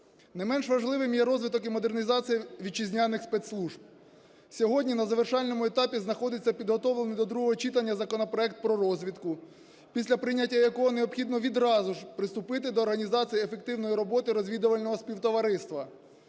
Не менш важливим є розвиток і модернізація вітчизняних спецслужб. Сьогодні на завершальному етапі знаходиться підготовлений до другого читання законопроект про розвідку. Після прийняття якого необхідно відразу приступити до організації ефективної роботи розвідувального співтовариства.